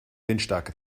windstärke